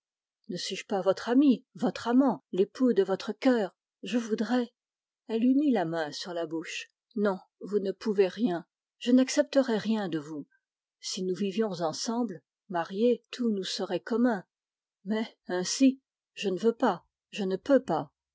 ne suis-je pas votre ami votre amant l'époux de votre cœur je voudrais elle lui mit la main sur la bouche non je n'accepterais rien de vous si nous vivions ensemble mariés tout nous serait commun mais ainsi je ne veux pas je ne peux pas